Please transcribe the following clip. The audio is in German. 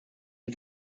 die